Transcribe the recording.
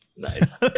Nice